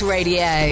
Radio